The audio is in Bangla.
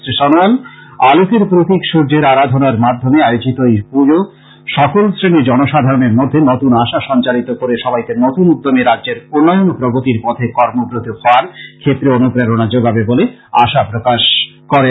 শ্রী সনোয়াল আলোকের প্রতীক সূর্যের আরাধনার মাধ্যমে আয়োজিত এই পজো সকল শ্রেণীর জনসাধারণের মধ্যে নতুন আশা সঞ্চারিত করে সবাইকে নতুন উদ্যমে রাজ্যের উন্নয়ন ও প্রগতির পথে কর্মব্রতী হওয়ার ক্ষেত্রে অনুপ্রেরণা যোগাবে বলে আশা প্রকাশ করেন